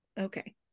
Okay